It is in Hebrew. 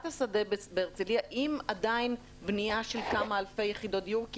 השדה בהרצליה עם בנייה של כמה אלפי יחידות דיור?